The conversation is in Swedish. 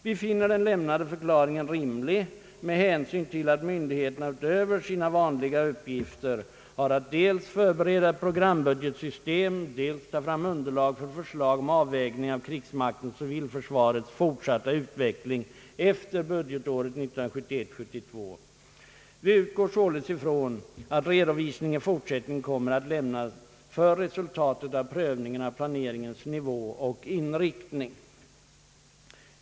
Vi finner den lämnade förklaringen rimlig med hänsyn till att myndigheterna utöver sina vanliga uppgifter har att dels förbereda ett programbudsgetsystem, dels ta fram underlag för förslag om avvägningen av krigsmaktens och civilförsvarets fortsatta utveckling efter budgetåret 1971/72. Vi utgår således från att redovisning i fortsättningen kommer att lämnas för resultatet av prövningen av planeringens nivå och inriktning.